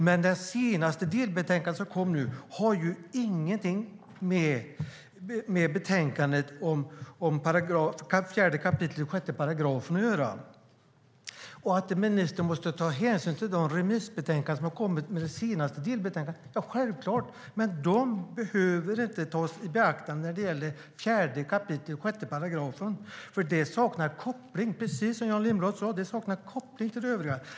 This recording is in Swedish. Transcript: Men det senaste delbetänkandet, som kom nu, har ingenting med betänkandet om 4 kap. 6 § att göra. Ministern måste ta hänsyn till de remissbetänkanden som har kommit med det senaste delbetänkandet; det är självklart. Men de behöver inte tas i beaktande när det gäller 4 kap. 6 §, för precis som Jan Lindholm sade saknar det koppling till det övriga.